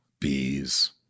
bees